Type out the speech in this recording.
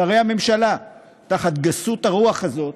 שרי הממשלה, תחת גסות הרוח הזאת